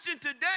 today